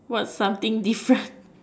what something different